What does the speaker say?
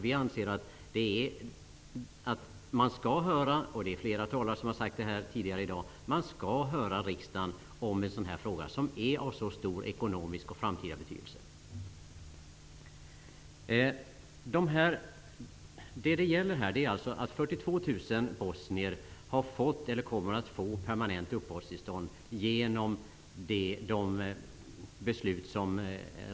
Vi anser -- precis som flera talare i debatten i dag har påpekat -- att man skall höra riksdagen i en sådan här fråga, som är av så stor ekonomisk och framtida betydelse. Vad det gäller är alltså att 42 000 bosnier, genom de beslut som regeringen har fattat, har fått eller kommer att få permanent uppehållstillstånd.